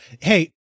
Hey